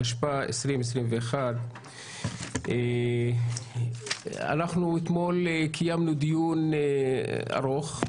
התשפ"א 2021. אתמול קיימנו דיון ארוך,